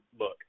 look